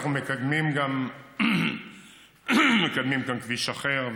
אנחנו מקדמים גם כביש אחר,